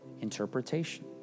interpretation